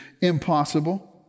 impossible